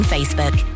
Facebook